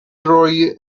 roi